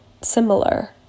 similar